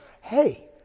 hey